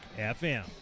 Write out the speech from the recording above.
FM